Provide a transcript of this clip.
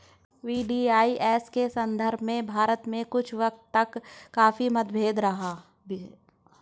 VDIS के संदर्भ में भारत में कुछ वक्त तक काफी मतभेद भी रहा है